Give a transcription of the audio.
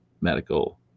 medical